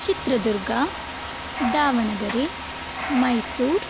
Chitradurga Davanagere Mysuru